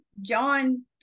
john